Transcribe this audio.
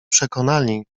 przekonali